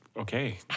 Okay